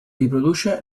riproduce